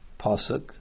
pasuk